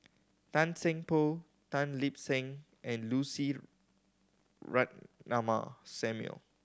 Tan Seng Poh Tan Lip Seng and Lucy Ratnammah Samuel